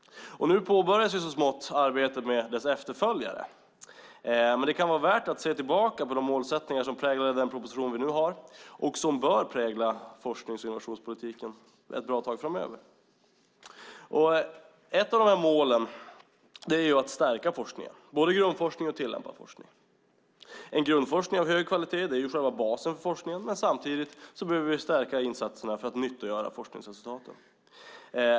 Nu påbörjas så smått arbetet med dess efterföljare, men det kan vara värt att se tillbaka på de målsättningar som präglade den proposition vi nu har och som bör prägla forsknings och innovationspolitiken ett bra tag framöver. Ett av målen är att stärka forskningen, både grundforskning och tillämpad forskning. En grundforskning av hög kvalitet är själva basen för forskningen, men samtidigt behöver vi stärka insatserna för att nyttogöra forskningsresultaten.